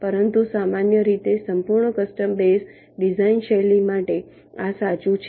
પરંતુ સામાન્ય રીતે સંપૂર્ણ કસ્ટમ બેઝ ડિઝાઇન શૈલી માટે આ સાચું છે